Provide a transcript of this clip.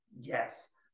yes